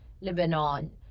Lebanon